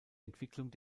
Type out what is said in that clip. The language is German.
entwicklung